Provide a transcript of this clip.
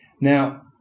Now